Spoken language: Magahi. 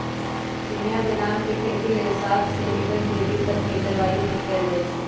चिनियाँ बेदाम के खेती लेल सात से एकइस डिग्री तक के जलवायु में कएल जाइ छइ